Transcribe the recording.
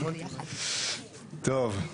טוב.